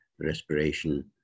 respiration